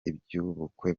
iby’ubukwe